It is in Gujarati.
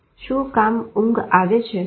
શું કામ ઊંઘ આવે છે